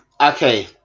Okay